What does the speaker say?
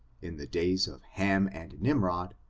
in the days of ham and nim rod,